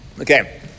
Okay